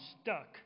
stuck